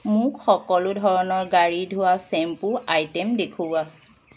মোক সকলো ধৰণৰ গাড়ী ধোৱা শ্বেম্পু আইটেম দেখুওৱা